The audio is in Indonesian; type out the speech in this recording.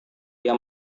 dia